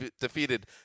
defeated